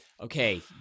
okay